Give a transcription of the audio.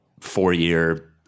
four-year